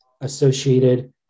associated